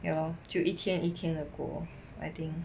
ya lor 就一天一天的过 I think